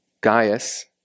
gaius